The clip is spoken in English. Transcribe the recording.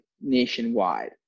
nationwide